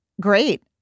Great